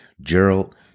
Gerald